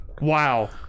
Wow